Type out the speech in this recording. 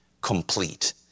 complete